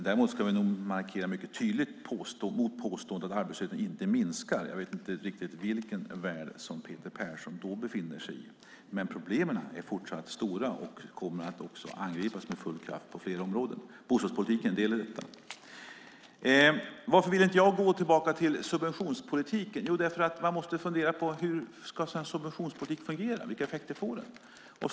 Däremot ska vi nog markera mycket tydligt mot påståendet att arbetslösheten inte minskar. Jag vet inte riktigt vilken värld som Peter Persson då befinner sig i, men problemen är fortsatt stora, och de kommer att angripas med full kraft på flera områden. Bostadspolitiken är en del i detta. Varför vill jag inte gå tillbaka till subventionspolitiken? Jo, därför att man då måste fundera på hur en sådan subventionspolitik ska fungera och vilka effekter den får.